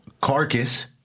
Carcass